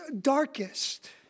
darkest